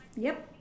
yup